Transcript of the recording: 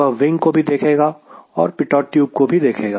वह विंग को भी देखेगा और पीटोट ट्यूब को भी देखेगा